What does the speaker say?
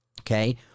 Okay